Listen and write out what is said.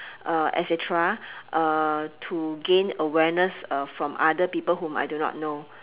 et cetera to gain awareness from other people whom I do not know